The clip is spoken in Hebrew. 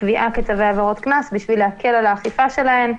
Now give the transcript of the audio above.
לקביעה כצווי עבירות קנס בשביל להקל על האכיפה שלהן,